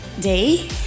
day